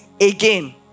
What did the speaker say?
again